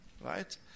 right